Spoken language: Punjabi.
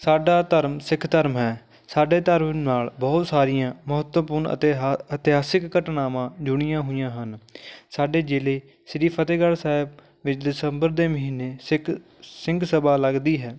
ਸਾਡਾ ਧਰਮ ਸਿੱਖ ਧਰਮ ਹੈ ਸਾਡੇ ਧਰਮ ਨਾਲ ਬਹੁਤ ਸਾਰੀਆਂ ਮਹੱਤਵਪੂਰਨ ਅਤੇ ਹ ਇਤਿਹਾਸਿਕ ਘਟਨਾਵਾਂ ਜੁੜੀਆਂ ਹੋਈਆਂ ਹਨ ਸਾਡੇ ਜ਼ਿਲ੍ਹੇ ਸ਼੍ਰੀ ਫਤਿਹਗੜ੍ਹ ਸਾਹਿਬ ਵਿੱਚ ਦਸੰਬਰ ਦੇ ਮਹੀਨੇ ਸਿੱਖ ਸਿੰਘ ਸਭਾ ਲੱਗਦੀ ਹੈ